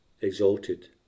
exalted